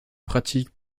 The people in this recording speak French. pratique